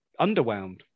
underwhelmed